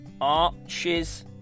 arches